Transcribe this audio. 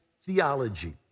theology